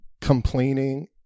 complaining